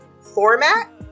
format